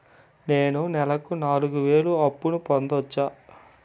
నేను నెలకు నాలుగు వేలు అప్పును పొందొచ్చా?